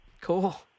Cool